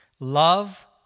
Love